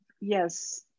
Yes